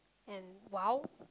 and !wow!